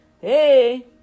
hey